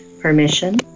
permission